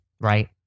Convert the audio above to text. right